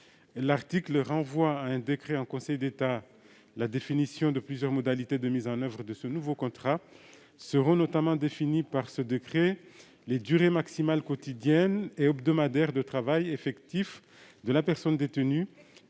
L'article renvoie à un décret en Conseil d'État la définition de plusieurs modalités de mise en oeuvre de ce nouveau contrat. Seront notamment définies par ce décret les durées maximales quotidiennes et hebdomadaires de travail effectif de la personne détenue,